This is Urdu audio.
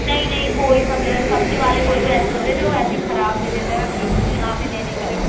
نہیں نہیں کوئی سا جو ہے سبزی والے کوئی کوئی ایسے ہوتے ہیں جو ایسے ہی خراب دے دیتے ہیں میں بھیجتی ہوں یہاں پہ لینے کے لیے